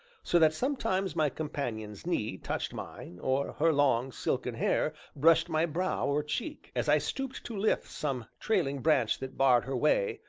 so that sometimes my companion's knee touched mine, or her long, silken hair brushed my brow or cheek, as i stooped to lift some trailing branch that barred her way,